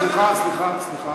סליחה, סליחה.